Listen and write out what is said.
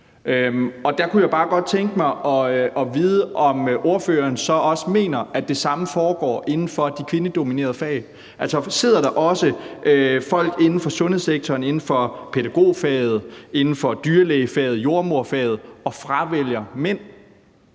Og der kunne jeg bare godt tænke mig at vide, om ordføreren så også mener, at det samme foregår inden for de kvindedominerede fag. Altså, sidder der også folk inden for sundhedssektoren, inden for pædagogfaget, inden for dyrlægefaget, inden for jordemoderfaget og fravælger mænd?